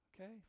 Okay